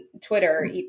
Twitter